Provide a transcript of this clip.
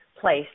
place